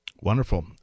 Wonderful